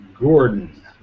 Gordon